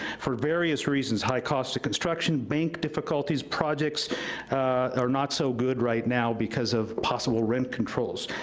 for various reasons high cost of construction, bank difficulties, projects are not so good right now because of possible rent controls.